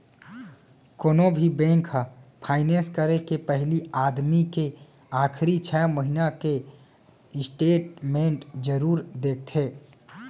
कोनो भी बेंक ह फायनेंस करे के पहिली आदमी के आखरी छै महिना के स्टेट मेंट जरूर देखथे